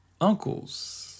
uncles